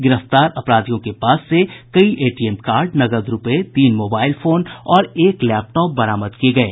गिरफ्तार युवकों के पास से कई एटीएम कार्ड नकद रूपये तीन मोबाईल फोन और एक लैपटॉप बरामद हुआ है